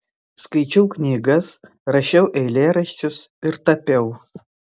skaičiau knygas rašiau eilėraščius ir tapiau